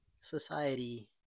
society